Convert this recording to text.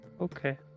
Okay